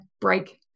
break